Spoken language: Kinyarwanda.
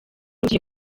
ugiye